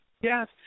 Yes